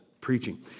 preaching